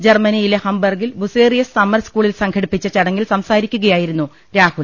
ജർമ്മനിയിലെ ഹംബർഗിൽ Bucerius summer സ്കൂളിൽ സംഘടിപ്പിച്ച ചടങ്ങിൽ സംസാരി ക്കുകയായിരുന്നു രാഹുൽ